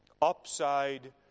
Upside